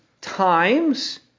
times